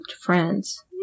friends